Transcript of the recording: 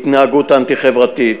התנהגות אנטי-חברתית,